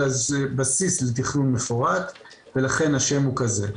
אלא זה בסיס לתכנון מפורט ולכן השם הוא כזה.